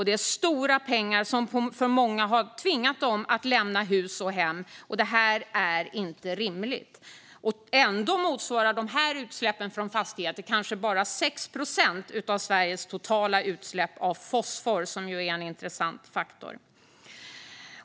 Det är mycket pengar som gör att många har tvingats lämna hus och hem. Det är inte rimligt. Ändå motsvarar utsläppen från dessa fastigheter kanske bara 6 procent av Sveriges totala utsläpp av fosfor. Det är en intressant faktor.